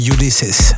Ulysses